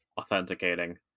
authenticating